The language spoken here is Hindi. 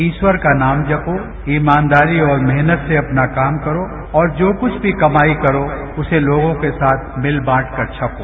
ईश्वर का नाम जपो ईमानदारी और मेहनत से अपना काम करो और जो कुछ भी कमाई करो उसे लोगों के साथ मिल बांटकर छको